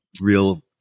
real